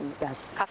Yes